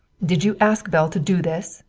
did you ask belle to do this?